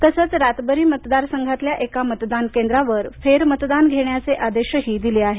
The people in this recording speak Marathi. तसंच रातबरी मतदार संघातल्या एका मतदान केंद्रावर फेर मतदान घेण्याचे आदेशही दिले आहेत